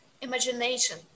imagination